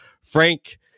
Frank